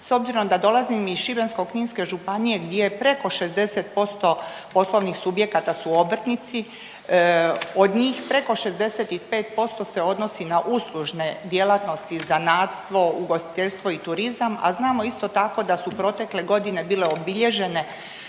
S obzirom da dolazim iz Šibensko-kninske županije gdje je preko 60% poslovnih subjekata su obrtnici, od njih preko 65% se odnosi na uslužne djelatnosti, zanatstvo, ugostiteljstvo i turizam, a znamo isto tako da su protekle godine bile obilježene